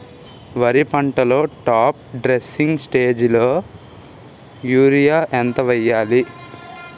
వరి పంటలో top dressing స్టేజిలో యూరియా ఎంత వెయ్యాలి?